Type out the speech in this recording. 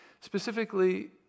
Specifically